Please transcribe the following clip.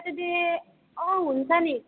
Saturday अँ हुन्छ नि